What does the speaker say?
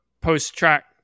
post-track